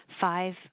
five